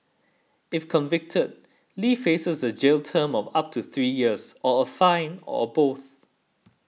if convicted Lee faces a jail term of up to three years or a fine or both